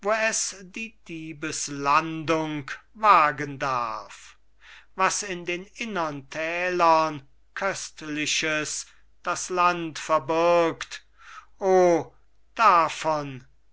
die diebeslandung wagen darf was in den innern tälern köstliches das land verbirgt o davon